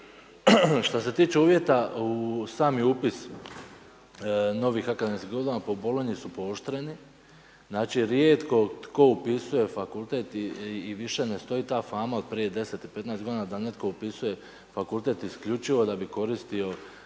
Šta se tiče uvjeta u sami upis novih akademski godina po Bolonji su pooštreni, znači rijetko tko upisuje fakultet i više ne stoji ta fama od prije 10 ili 15 g. da netko upisuje fakultet isključivo da bi koristio